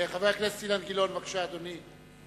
חבר הכנסת אילן גילאון, בבקשה, אדוני.